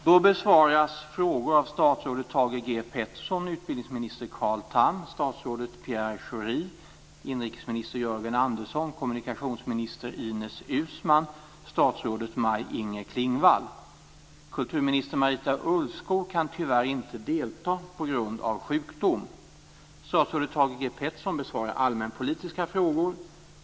Då besvaras frågor av statsrådet Thage G Peterson, utbildningsminister Carl Tham, statsrådet Pierre Inger Klingvall. Kulturminister Marita Ulvskog kan tyvärr inte delta på grund av sjukdom. Statsrådet Thage G Peterson besvarar allmänpolitiska frågor.